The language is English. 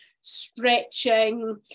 stretching